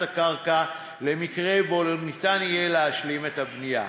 הקרקע למקרה שלא יהיה אפשר להשלים את הבנייה.